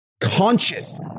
conscious